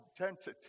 identity